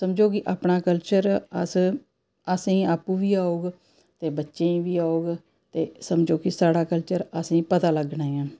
समझो कि अपना कल्चर अस असेंई आपूं बी औग ते बच्चें ई बी औग ते समझो कि साढ़ा कल्चर असेंई पता लग्गना ऐ